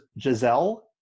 Giselle